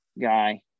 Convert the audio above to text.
guy